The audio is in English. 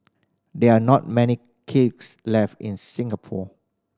there are not many kicks left in Singapore